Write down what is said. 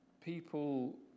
people